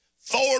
four